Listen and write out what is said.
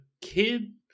kid